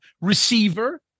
receiver